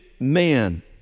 man